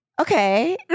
okay